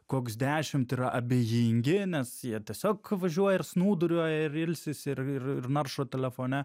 koks dešimt yra abejingi nes jie tiesiog važiuoja ir snūduriuoja ir ilsisi ir ir ir naršo telefone